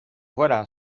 voilà